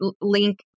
link